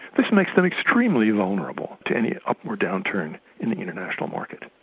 this makes them extremely vulnerable to any up or down turn in the international market,